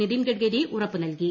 നിതിൻ ഗഡ്കരി ഉറപ്പ് നൽകി